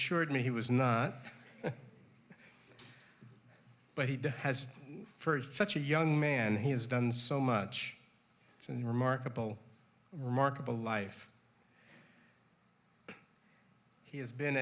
short and he was not but he has first such a young man he has done so much and remarkable remarkable life he has been